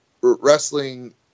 wrestling